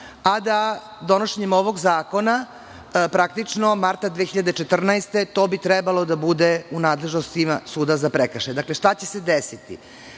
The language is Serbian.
stvar. Donošenjem ovog zakona, praktično marta 2014. godine, to bi trebalo da bude u nadležnosti Suda za prekršaje. Dakle, šta će se desiti?